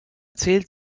zählt